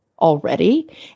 already